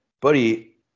buddy